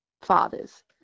fathers